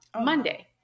Monday